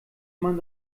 man